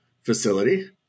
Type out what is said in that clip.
facility